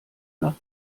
nach